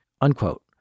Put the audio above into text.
unquote